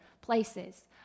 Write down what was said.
places